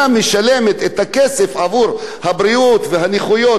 והנכויות של האנשים האלה בדרך השנייה.